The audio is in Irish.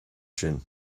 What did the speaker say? sin